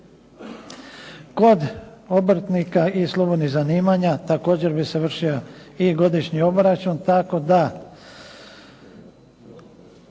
Kod obrtnika i slobodnih zanimanja, također bi se vršio i godišnji obračun, tako da